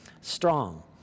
strong